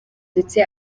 ndetse